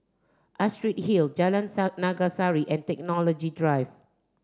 Astrid Hill Jalan Naga Sari and Technology Drive